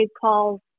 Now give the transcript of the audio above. calls